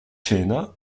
cena